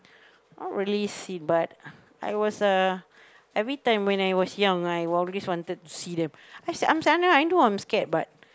not really seen but I was uh every time when I was young I always wanted to see them I say I know I'm scared but